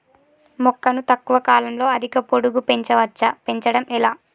మొక్కను తక్కువ కాలంలో అధిక పొడుగు పెంచవచ్చా పెంచడం ఎలా?